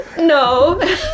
No